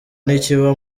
ntikiba